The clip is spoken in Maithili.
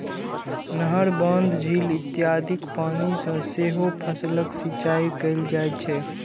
नहर, बांध, झील इत्यादिक पानि सं सेहो फसलक सिंचाइ कैल जाइ छै